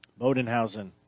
Bodenhausen